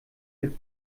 mit